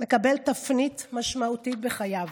מקבל תפנית משמעותית בחייו.